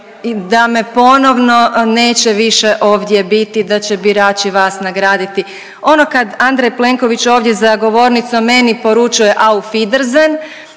da me ponovno neće više ovdje biti, da će birači vas nagraditi, ono kad Andrej Plenković ovdje za govornicom meni poručuje auf wiedersehen